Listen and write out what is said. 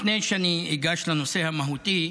לפני שאגש לנושא המהותי,